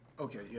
Okay